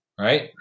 Right